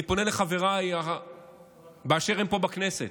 אני פונה לחבריי באשר הם פה בכנסת